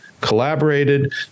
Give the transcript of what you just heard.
collaborated